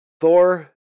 Thor